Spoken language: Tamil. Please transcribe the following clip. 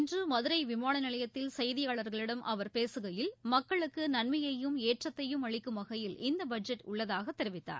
இன்று மதுரை விமான நிலையத்தில் செய்தியாளர்களிடம் அவர் பேசுகையில் மக்களுக்கு நன்மையையும் ஏற்றத்தையும் அளிக்கும் வகையில் இந்த பட்ஜெட் உள்ளதாக தெரிவித்தார்